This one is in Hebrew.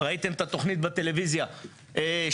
ראיתם את התכנית בטלוויזיה שלשום,